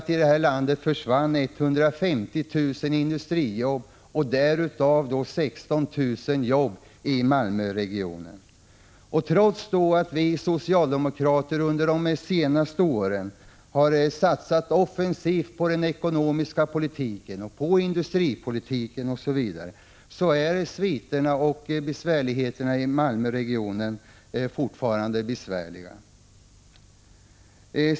Vi vet att 150 000 industrijobb försvann i det här landet, varav 16 000 i Malmöregionen. Trots att vi socialdemokrater under de senaste åren satsat offensivt på den ekonomiska politiken, på industripolitiken, osv., är sviterna och besvärligheterna i Malmöregionen fortfarande kvar.